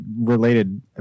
related